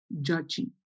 judging